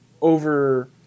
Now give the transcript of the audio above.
over